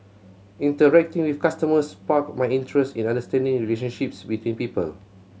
interacting with customers sparked my interest in understanding relationships between people